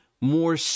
more